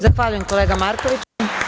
Zahvaljujem, kolega Markoviću.